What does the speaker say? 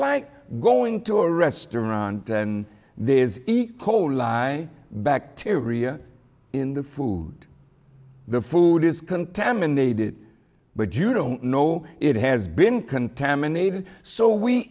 like going to a restaurant and there is e coli bacteria in the food the food is contaminated but you don't know it has been contaminated so we